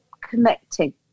connecting